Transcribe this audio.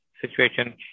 situation